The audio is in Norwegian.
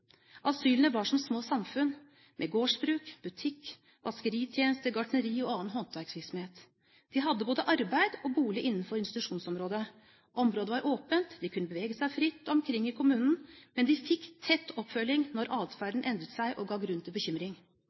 Asylene var som små samfunn, med gårdsbruk, butikk, vaskeritjenester, gartneri og annen håndverksvirksomhet. De hadde både arbeid og bolig innenfor institusjonsområdet. Området var åpent, de kunne bevege seg fritt omkring i kommunen, men de fikk tett oppfølging når atferden endret seg og ga grunn til bekymring.